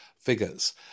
figures